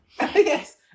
Yes